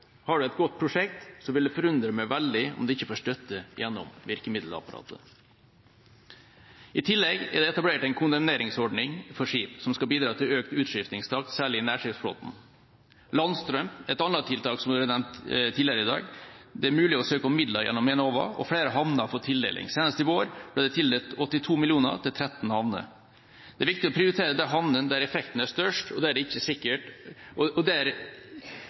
Har en et godt prosjekt, vil det forundre meg veldig om det ikke får støtte gjennom virkemiddelapparatet. I tillegg er det etablert en kondemneringsordning for skip, som skal bidra til økt utskiftningstakt særlig i nærskipsflåten. Landstrøm er et annet tiltak, som har vært nevnt tidligere i dag: Det er mulig å søke om midler gjennom Enova, og flere havner har fått tildeling. Senest i vår ble det tildelt 82 mill. kr til 13 havner. Det er viktig å prioritere de havnene der effekten er størst. Det er ikke sikkert at det er